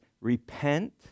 repent